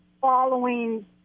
following